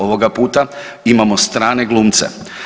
Ovoga puta imamo strane glumce.